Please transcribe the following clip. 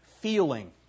feeling